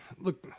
look